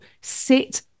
sit